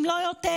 אם לא יותר,